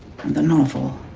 the novel.